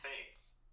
Thanks